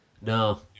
No